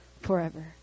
forever